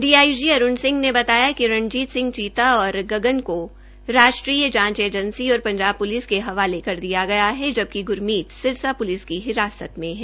DIG Arun Singh ने बताया कि रणजीत सिंह चीता और गगन को राष्ट्रीय जांच एजेंसी एनआईए और पंजाब पुलिस के हवाले कर दिया गया है जबकि गुरमीत सिरसा पुलिस की हिरासत में है